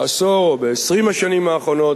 בעשור או ב-20 השנים האחרונות,